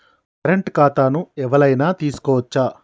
Current ఖాతాను ఎవలైనా తీసుకోవచ్చా?